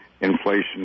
inflation